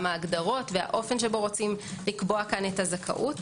גם ההגדרות והאופן שבו רוצים לקבוע את הזכאות.